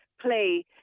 play